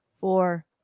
four